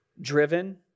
driven